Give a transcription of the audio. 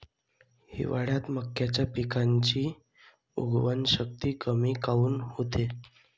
हिवाळ्यात मक्याच्या पिकाची उगवन शक्ती कमी काऊन होते?